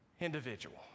Individual